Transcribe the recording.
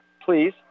please